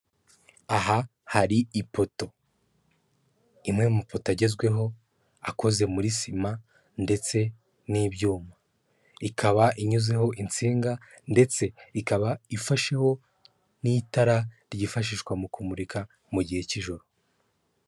Aha hari ipoto imwe mu mapoto agezweho akoze muri sima ndetse n'ibyuma ikaba inyuzeho insinga ndetse ikaba ifasheho n'itara ryifashishwa mu kumurika mu gihe cy'ijoro.